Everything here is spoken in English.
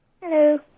Hello